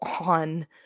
on